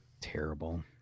terrible